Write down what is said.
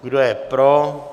Kdo je pro?